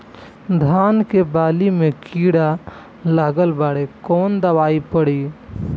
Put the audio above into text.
धान के बाली में कीड़ा लगल बाड़े कवन दवाई पड़ी?